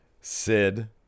Sid